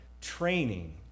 training